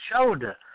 Shoulder